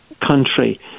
country